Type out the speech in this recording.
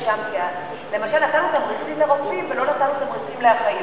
למשל נתנו תמריצים לרופאים ולא לאחיות,